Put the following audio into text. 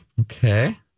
Okay